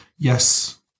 Yes